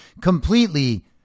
completely